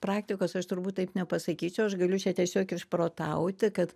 praktikos aš turbūt taip nepasakyčiau aš galiu čia tiesiog išprotauti kad